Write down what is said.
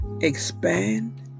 expand